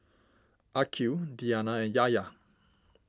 Aqil Diyana and Yahya